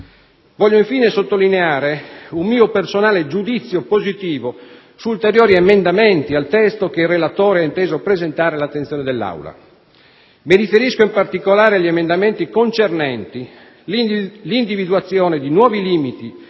Esprimo infine un mio personale giudizio positivo su ulteriori emendamenti al testo che il relatore ha presentato all'attenzione dell'Aula. Mi riferisco in particolare agli emendamenti concernenti l'individuazione di nuovi limiti